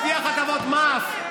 הבטיח התאמות מס.